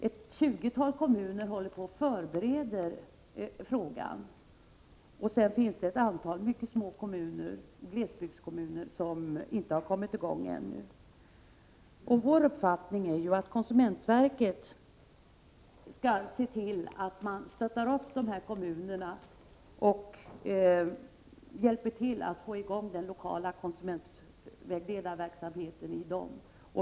Ett tjugotal kommuner förbereder frågan, och det finns ett antal mycket små glesbygdskommuner som ännu inte har kommit i gång med verksamheten. Vår uppfattning är att konsumentverket skall se till att stödja dessa kommuner och hjälpa dem att få i gång den lokala konsumentvägledarverksamheten.